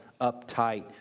uptight